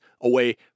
away